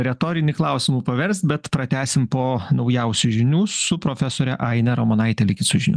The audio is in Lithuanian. retorinį klausimą paverst bet pratęsim po naujausių žinių su profesore aine ramonaite lyg su žinių